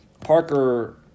Parker